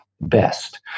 best